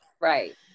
Right